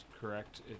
correct